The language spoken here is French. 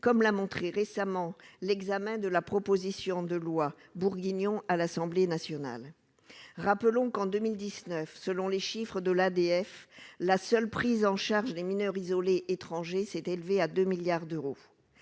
comme l'a montré récemment l'examen de la proposition de loi bourguignon à l'Assemblée nationale, rappelons qu'en 2019, selon les chiffres de l'ADF, la seule prise en charge des mineurs isolés étrangers s'est élevé à 2 milliards d'euros,